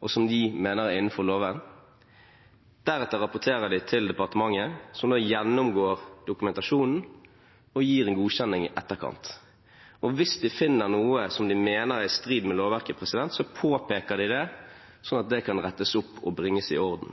og som de mener er innenfor loven. Deretter rapporterer de til departementet, som gjennomgår dokumentasjonen og gir en godkjenning i etterkant. Hvis de finner noe som de mener er i strid med lovverket, påpeker de det, sånn at det kan rettes opp og bringes i orden.